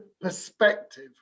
perspective